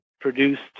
produced